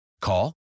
Call